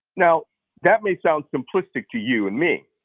now that may sound simplistic to you and me,